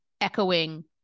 echoing